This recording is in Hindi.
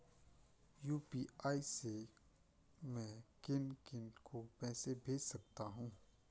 यु.पी.आई से मैं किन किन को पैसे भेज सकता हूँ?